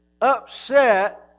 upset